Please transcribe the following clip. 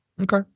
Okay